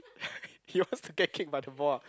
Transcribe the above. he wants to get kicked by the ball ah